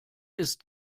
ist